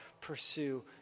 pursue